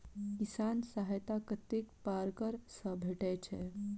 किसान सहायता कतेक पारकर सऽ भेटय छै?